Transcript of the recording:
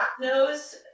nose